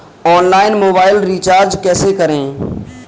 Online mobile recharge कैसे करें?